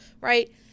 right